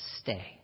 Stay